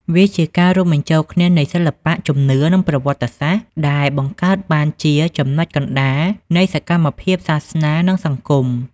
វាជាការរួមបញ្ចូលគ្នានៃ សិល្បៈ ជំនឿ និងប្រវត្តិសាស្ត្រ ដែលបង្កើតបានជាចំណុចកណ្ដាលនៃសកម្មភាពសាសនា និងសង្គម។